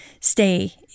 stay